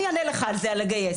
אני אענה לך על זה, על לגייס.